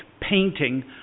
painting